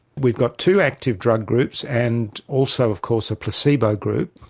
we've got two active drug groups and also of course a placebo group.